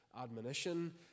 admonition